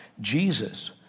Jesus